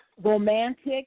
romantic